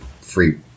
free